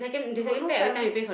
you got no family